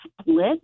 split